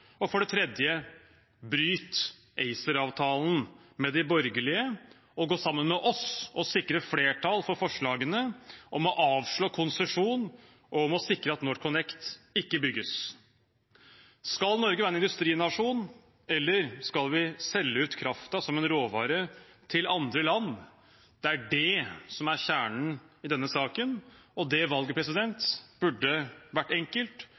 For det tredje: Bryt ACER-avtalen med de borgerlige og gå sammen med oss for å sikre flertall for forslagene om å avslå konsesjon og sikre at NorthConnect ikke bygges. Skal Norge være en industrinasjon, eller skal vi selge ut kraften som en råvare til andre land? Det er det som er kjernen i denne saken. Det valget burde være enkelt